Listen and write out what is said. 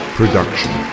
production